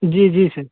जी जी सर